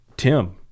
Tim